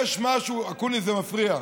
יש משהו, אקוניס, זה מפריע.